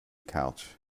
couch